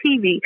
TV